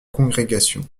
congrégation